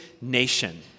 nation